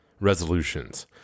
resolutions